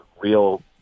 real